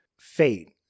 fate